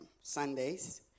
Sundays